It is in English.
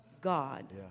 God